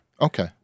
Okay